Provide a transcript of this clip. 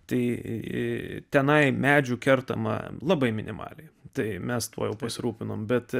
tai tenai medžių kertama labai minimaliai tai mes tuo pasirūpinome bet